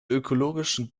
ökologischen